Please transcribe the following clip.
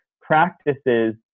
practices